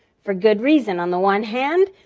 for good reason, on the one hand,